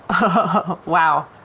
Wow